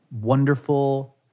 wonderful